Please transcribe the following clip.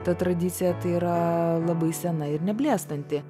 ta tradicija tai yra aaa labai sena ir neblėstanti